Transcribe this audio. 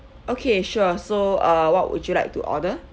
okay sure so uh what would you like to order